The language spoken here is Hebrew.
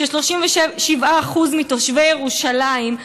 ש-37% מתושבי ירושלים,